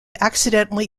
accidentally